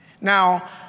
Now